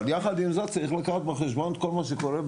אבל יחד עם זאת צריך לקחת בחשבון את כל מה שקורה בטבריה,